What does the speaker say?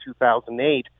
2008